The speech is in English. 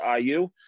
IU